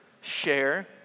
share